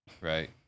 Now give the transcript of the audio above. right